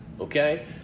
Okay